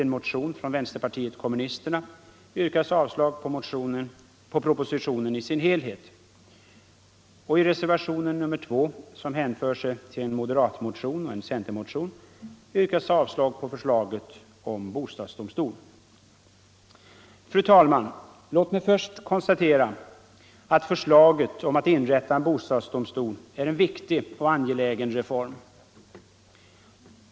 Fru talman! Låt mig först konstatera att förslaget om att inrätta en bostadsdomstol är en viktig och angelägen reform.